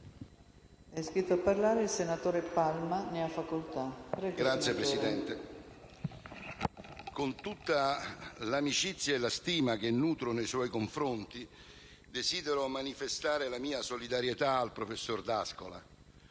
con tutta l'amicizia e la stima che nutro nei suoi confronti, desidero manifestare la mia solidarietà al professor D'Ascola